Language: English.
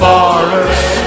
Forest